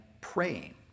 praying